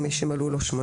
הגדרות בחוק זה "חסר